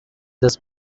this